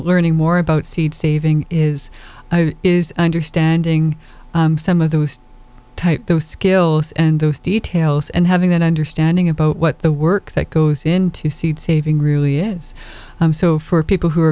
learning more about seed saving is is understanding some of those type those skills and those details and having an understanding about what the work that goes into seed saving really is i'm so for people who are